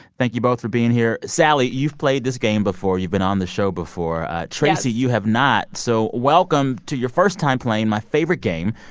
thank you both for being here. sally, you've played this game before. you've been on the show before yes ah tracey, you have not. so welcome to your first time playing my favorite game,